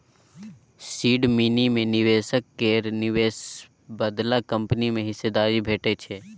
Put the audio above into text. seed money मे निबेशक केर निबेश बदला कंपनी मे हिस्सेदारी भेटै छै